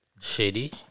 shady